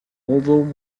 although